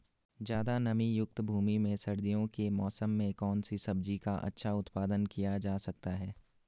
ज़्यादा नमीयुक्त भूमि में सर्दियों के मौसम में कौन सी सब्जी का अच्छा उत्पादन किया जा सकता है?